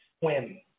swim